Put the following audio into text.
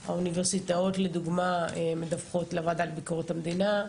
האוניברסיטאות לדוגמה מדווחות לוועדה לביקורת המדינה.